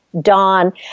Dawn